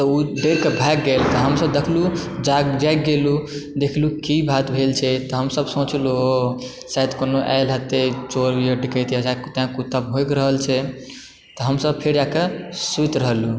तऽ ओ डरिके भागि गेल हमसभ देखलहुँ जाग जागि गेलहुँ देखलहुँ कि बात भेल छै तऽ हमसभ सोचलहुं ओह ओ शायद कोनो आइलि हेतए चोर या डकैत देखलक तैं कुत्ता भौंक रहल छै तऽ हमसभ फेर जाके सुति रहलहुँ